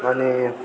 अनि